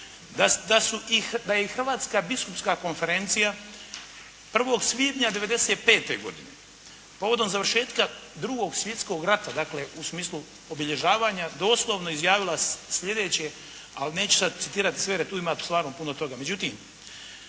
da je i Hrvatska biskupska konferencija 1. svibnja 95. godine povodom završetka 2. svjetskog rata, dakle u smislu obilježavanja doslovno izjavila sljedeće, ali neću sada citirati sve jer tu ima stvarno puno toga. Međutim,